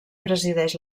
presideix